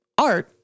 art